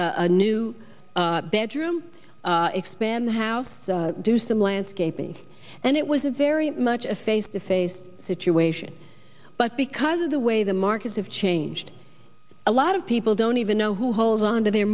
a new bedroom expand the house do some landscaping and it was a very much a face to face situation but because of the way the markets have changed a lot of people don't even know who hold onto their